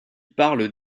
parle